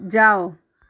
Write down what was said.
जाओ